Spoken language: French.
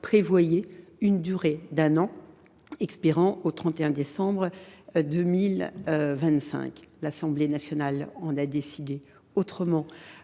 prolongation d’une durée d’un an, expirant au 31 décembre 2025. L’Assemblée nationale en a décidé autrement